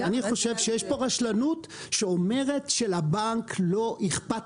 אני חושב שיש כאן רשלנות שאומרת שלבנק לא אכפת